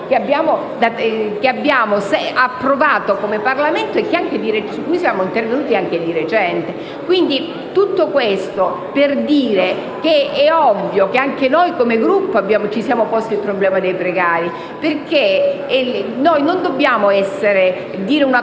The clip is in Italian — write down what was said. che abbiamo approvato come Parlamento e su cui siamo intervenuti anche di recente. Tutto questo serve a dire che è ovvio che anche noi, come Gruppo, ci siamo posti il problema dei precari. Non dobbiamo dire una